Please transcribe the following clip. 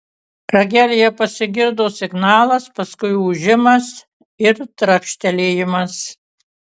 ragelyje pasigirdo signalas paskui ūžimas ir trakštelėjimas